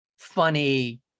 funny